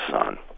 son